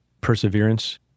perseverance